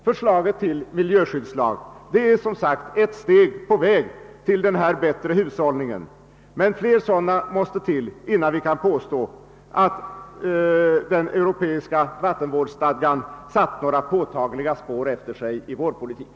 Förslaget till miljöskyddslag är ett steg på vägen till denna bättre hushållning, men flera sådana måste tas innan vi kan påstå att den europeiska vattenvårdsstadgan satt några påtagliga spår efter sig i vår politik.